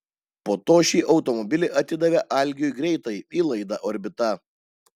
po to šį automobilį atidavė algiui greitai į laidą orbita